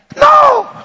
No